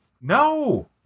No